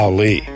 Ali